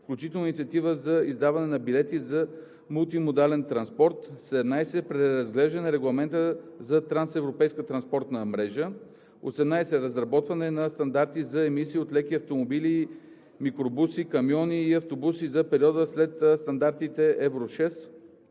включително инициатива за издаване на билети за мултимодален транспорт. 17. Преразглеждане на Регламента за трансевропейската транспортна мрежа (TEN-T). 18. Разработване на стандарти за емисиите от леки автомобили, микробуси, камиони и автобуси за периода след стандартите Евро